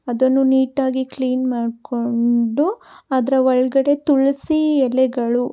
ಅದನ್ನು ನೀಟ್ ಆಗಿ ಕ್ಲೀನ್ ಮಾಡಿಕೊಂಡು ಅದರ ಒಳಗಡೆ ತುಳಸಿ ಎಲೆಗಳು